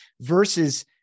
versus